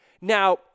Now